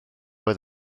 oedd